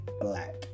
Black